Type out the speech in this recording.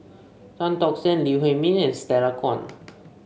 Tan Tock San Lee Huei Min and Stella Kon